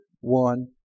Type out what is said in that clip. one